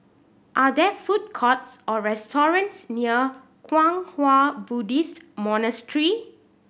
are there food courts or restaurants near Kwang Hua Buddhist Monastery